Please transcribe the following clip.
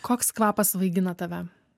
koks kvapas svaigina tave